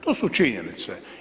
To su činjenice.